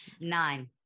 Nine